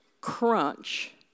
crunch